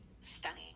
stunning